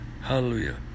hallelujah